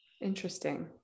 interesting